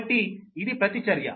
కాబట్టి ఇది ప్రతి చర్య